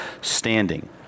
standing